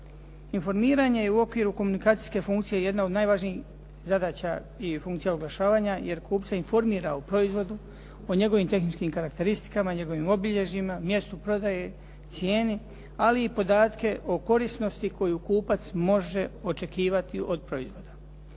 Informiranje i u okviru komunikacijske funkcije jedna je od najvažnijih zadaća i funkcija oglašavanja jer kupce informira o proizvodu, o njegovim tehničkim karakteristikama, o njegovim obilježjima, mjestu prodaje, cijeni, ali i podatke o korisnosti koju kupac može očekivati od proizvoda.